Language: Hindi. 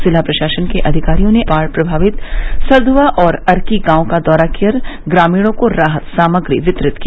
जिला प्रशासन के अधिकारियों ने बाढ़ प्रभावित सरध्या और अर्की गांव का दौरा कर ग्रामीणों को राहत सामग्री वितरित की